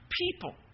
people